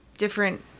different